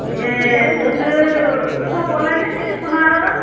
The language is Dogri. एह् तुस उत्थूं दा बोल्ला ने नीं पुनारां दा